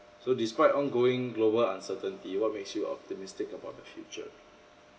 so despite ongoing global uncertainty what makes you optimistic about the future